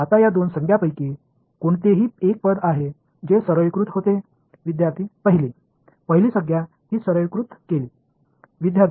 இப்போது இந்த இரண்டு வெளிப்பாடுகளில் ஏதேனும் ஒரு வெளிப்பாடு எளிமைப்படுத்தப்படுகிறதா